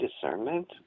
discernment